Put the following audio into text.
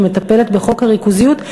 שמטפלת בחוק הריכוזיות,